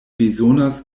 bezonas